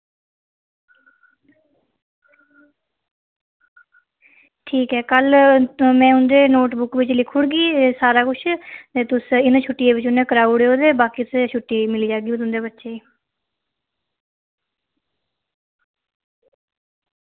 ठीक ऐ कल्ल में उं'दी नोटबुक च लिखी ओड़गी सारा किश ते तुस इ'नें छुट्टियें च कराई ओड़ेओ ते बाकी किश छुट्टी मिली जाह्गी तुं'दे बच्चें गी